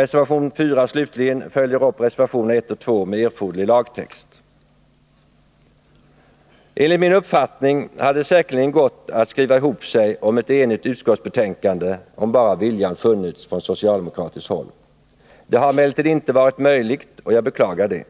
Enligt min uppfattning hade det säkerligen gått att skriva ihop sig om ett enigt utskottsbetänkande, om bara viljan funnits från socialdemokratiskt håll. Det har emellertid inte varit möjligt och jag beklagar det.